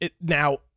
now